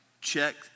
check